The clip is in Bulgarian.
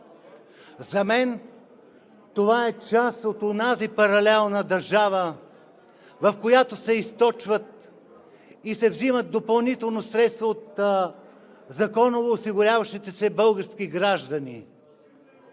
За мен това е част от онази паралелна държава, в която се източват и се взимат допълнително средства от законово осигуряващите се български граждани.